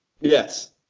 Yes